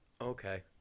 Okay